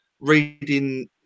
reading